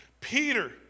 Peter